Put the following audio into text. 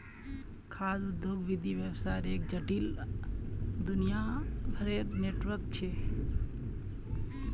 खाद्य उद्योग विविध व्यवसायर एक जटिल, दुनियाभरेर नेटवर्क छ